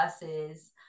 versus